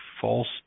false